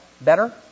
better